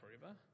forever